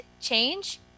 change